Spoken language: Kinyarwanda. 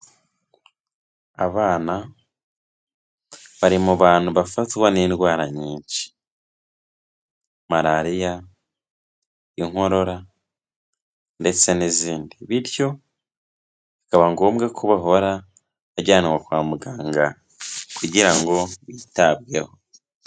Abana, bari mu bantu bafatwa n'indwara nyinshi; malariya, inkorora ndetse n'izindi, bityo bikaba ngombwa ko bahora bajyanwa kwa muganga kugira ngo bitabweho.